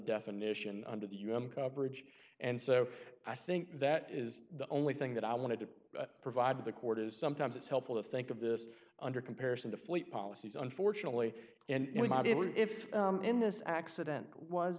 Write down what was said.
definition under the u n coverage and so i think that is the only thing that i wanted to provide to the court is sometimes it's helpful to think of this under comparison to fleet policies unfortunately and we might if in this accident was